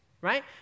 right